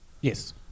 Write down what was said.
Yes